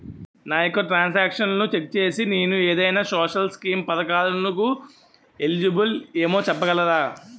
నా యెక్క ట్రాన్స్ ఆక్షన్లను చెక్ చేసి నేను ఏదైనా సోషల్ స్కీం పథకాలు కు ఎలిజిబుల్ ఏమో చెప్పగలరా?